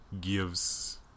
gives